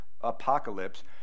Apocalypse